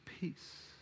Peace